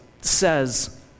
says